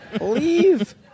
Leave